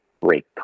break